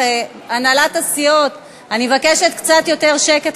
הנהלת הסיעות, אני מבקשת קצת יותר שקט.